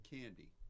candy